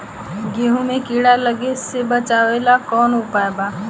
गेहूँ मे कीड़ा लागे से बचावेला कौन उपाय बा?